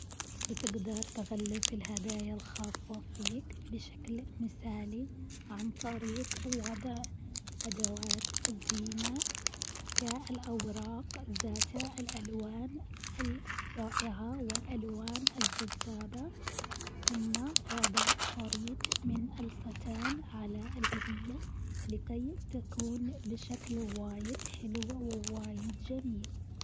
بتقدر تغلف الهدايا الخاصة فيك بشكل مثالي عن طريق ووضع أدوات الزينة، كالأوراق ذات الألوان الرائعة والألوان الجذابة، ثم وضع شريط من الستان على الهدية لكي تكون بشكل واجد حلوة وواجد جميل.